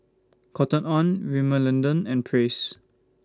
Cotton on Rimmel London and Praise